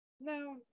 No